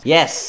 Yes